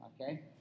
okay